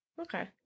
Okay